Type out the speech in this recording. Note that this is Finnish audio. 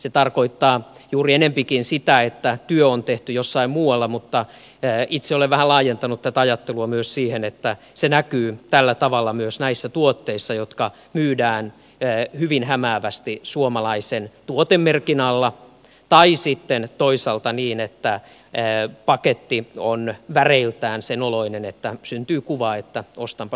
se tarkoittaa juuri enempikin sitä että työ on tehty jossain muualla mutta itse olen vähän laajentanut tätä ajattelua myös siihen että se näkyy myös näissä tuotteissa jotka myydään hyvin hämäävästi suomalaisen tuotemerkin alla tai sitten toisaalta niin että paketti on väreiltään sen oloinen että syntyy kuva että ostanpa suomalaista ruokaa